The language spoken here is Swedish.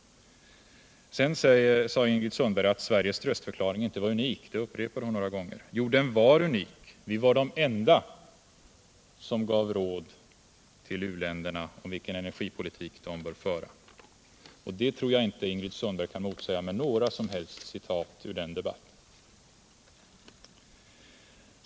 Vidare sade Ingrid Sundberg att Sveriges röstförklaring inte var unik; det upprepade hon några gånger. Jo, den var unik — vi var de enda som gav råd till u-länderna om vilken energipolitik de bör föra. Och det tror jag inte Ingrid Sundberg kan motsäga med några som helst citat ur debatten.